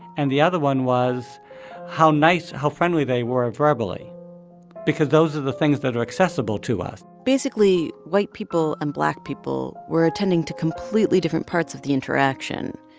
and the other one was how nice, how friendly they were verbally because those are the things that are accessible to us basically, white people and black people were attending to completely different parts of the interaction,